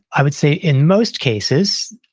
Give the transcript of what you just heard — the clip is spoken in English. i would say in most cases,